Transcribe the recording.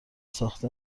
ساخت